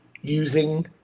using